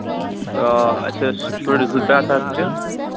تہٕ اَسہِ حظ چھِ شُرۍ زٕ ترٛےٚ ہَتھ حظ چھِ